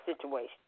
situation